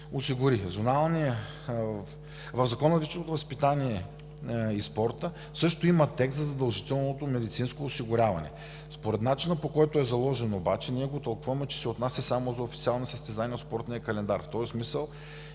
осигури. В Закона за физическото възпитание и спорта също има текст за задължителното медицинско осигуряване. Според начина, по който е заложен обаче, ние го тълкуваме, че се отнася само за официални състезания от спортния календар. В този смисъл